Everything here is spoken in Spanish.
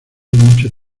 mucho